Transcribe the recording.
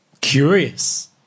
curious